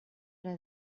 era